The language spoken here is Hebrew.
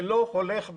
זה לא והלך ביחד.